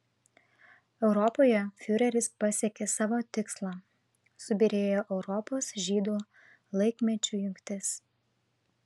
europoje fiureris pasiekė savo tikslą subyrėjo europos žydų laikmečių jungtis